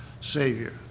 Savior